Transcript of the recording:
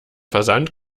versand